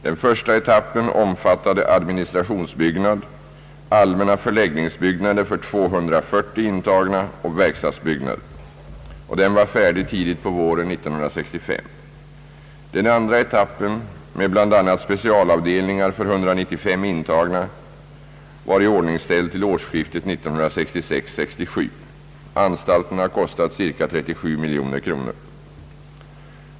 Den första etappen omfattade administrationsbyggnad, allmänna förläggningsbyggnader för 240 intagna och verkstadsbyggnader. Den var färdig tidigt på våren 1965. Den andra etappen med bl.a. specialavdelningar för 195 intagna var iordningställd till årsskiftet 1966—1967. Anstalten har kostat ca 37 miljoner kronor.